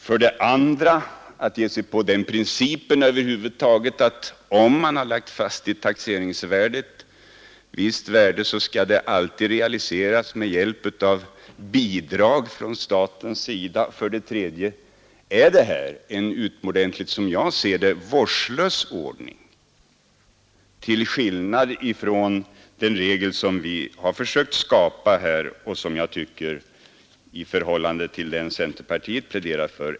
För det andra innebär detta att man ger sig in på principen att om visst värde lagts fast i taxeringsvärdet, så skall det alltid realiseras med hjälp av bidrag från samhällets sida. För det tredje är detta en som jag ser det utomordentligt vårdslös ordning till skillnad från den regel som vi har försökt skapa och som jag tycker är klar i förhållande till den centerpartiet pläderar för.